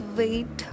wait